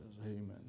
Amen